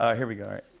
ah here we go.